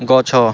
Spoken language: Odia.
ଗଛ